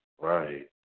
Right